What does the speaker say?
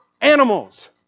animals